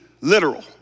literal